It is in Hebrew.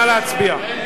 נא להצביע.